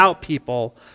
people